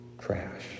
trash